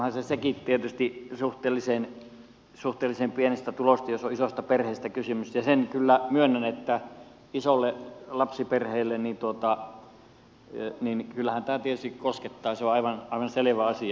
onhan sekin tietysti suhteellisen pienestä tulosta jos on isosta perheestä kysymys ja sen kyllä myönnän että kyllähän tämä isoa lapsiperhettä tietysti koskettaa se on aivan selvä asia